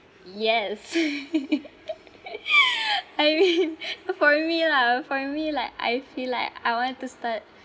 yes I mean for me lah for me like I feel like I want to start